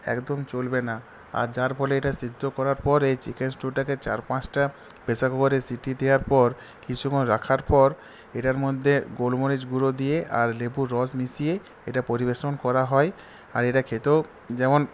একদম চলবে না আর যার ফলে এটা সেদ্ধ করার পরে এই চিকেন স্ট্যুটাকে চার পাঁচটা প্রেশার কুকারে সিটি দেওয়ার পর কিছুক্ষণ রাখার পর এটার মধ্যে গোলমরিচ গুঁড়ো দিয়ে আর লেবুর রস মিশিয়ে এটা পরিবেশন করা হয় আর এটা খেতেও যেমন